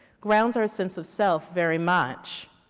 rounds our sense of self very much,